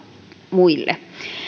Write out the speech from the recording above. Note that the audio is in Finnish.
muille